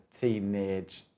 teenage